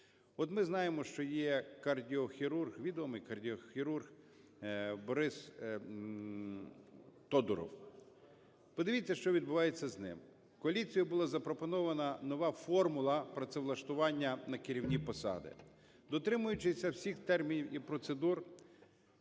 От ми знаємо, що є кардіохірург, відомий кардіохірург БорисТодуров. Подивіться, що відбувається з ним. Коаліцією була запропонована нова формула працевлаштування на керівні посади. Дотримуючись всіх термінів і процедур,